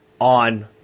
on